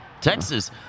Texas